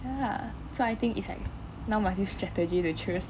ya so I think it's like now must use strategy to choose